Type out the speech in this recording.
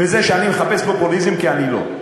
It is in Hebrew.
וזה שאני מחפש פופוליזם, כי אני לא.